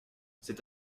c’est